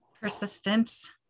Persistence